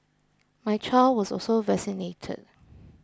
my child was also vaccinated